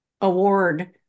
award